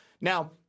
Now